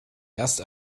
erst